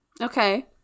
Okay